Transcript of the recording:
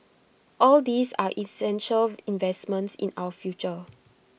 all these are essential investments in our future